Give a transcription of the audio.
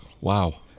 wow